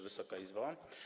Wysoka Izbo!